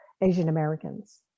Asian-Americans